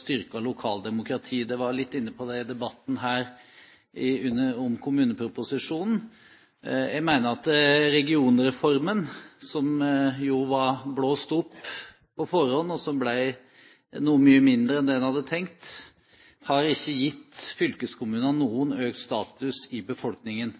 styrket lokaldemokrati. Noen var litt inne på det i debatten om kommuneproposisjonen. Jeg mener at regionreformen, som jo var blåst opp på forhånd, og som ble mye mindre enn det en hadde tenkt, ikke har gitt fylkeskommunene noen økt status i befolkningen.